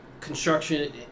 construction